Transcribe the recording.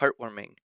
heartwarming